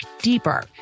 deeper